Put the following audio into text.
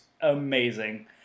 amazing